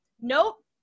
nope